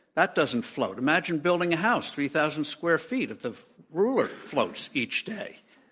that doesn't float. imagine building a house three thousand square feet if the rule floats each day.